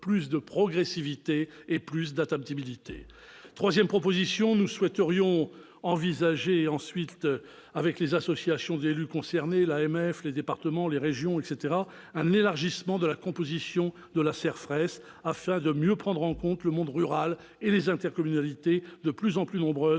plus de progressivité et plus d'adaptabilité. Troisième proposition, nous souhaiterons envisager, avec les associations d'élus concernées - AMF, AdF, Régions de France, notamment -, un élargissement de la composition de la CERFRES, afin de mieux prendre en compte le monde rural et les intercommunalités, de plus en plus nombreuses